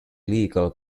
legal